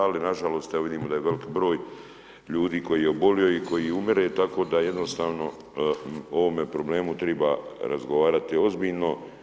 Ali na žalost vidimo da je veliki broj ljudi koji je obolio i koji umire, tako da jednostavno o ovome problemu treba razgovarati ozbiljno.